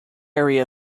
area